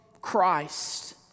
Christ